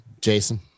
Jason